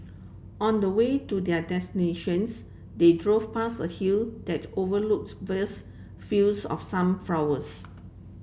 on the way to their destinations they drove past a hill that overlooks vast fields of sunflowers